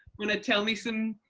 want to tell me some,